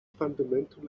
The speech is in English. fundamental